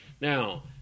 Now